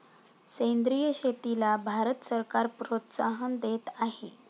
सेंद्रिय शेतीला भारत सरकार प्रोत्साहन देत आहे